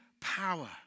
power